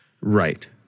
Right